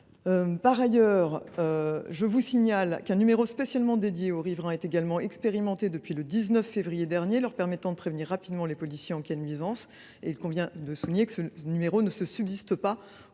Par ailleurs, un numéro spécialement dédié aux riverains est également expérimenté depuis le 19 février dernier, leur permettant de prévenir rapidement les policiers en cas de nuisances. Il convient de souligner que ce numéro ne se substitue pas